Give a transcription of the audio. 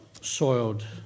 soiled